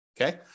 Okay